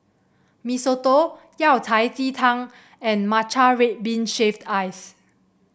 Mee Soto Yao Cai Ji Tang and Matcha Red Bean Shaved Ice